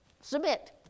submit